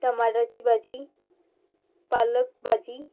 टमाटाची भाजी पालक भाजी